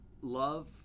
love